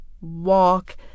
walk